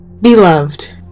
Beloved